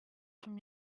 from